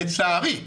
לצערי: